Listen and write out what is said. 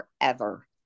forever